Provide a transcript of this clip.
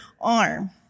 arm